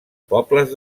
pobles